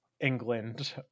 England